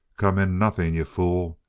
come in nothing, you fool!